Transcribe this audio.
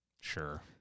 Sure